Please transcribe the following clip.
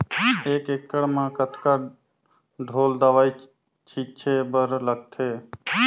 एक एकड़ म कतका ढोल दवई छीचे बर लगथे?